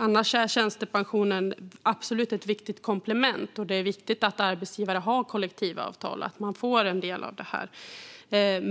Annars är tjänstepensionen absolut ett viktigt komplement, och det är viktigt att arbetsgivare har kollektivavtal så att man får del av detta.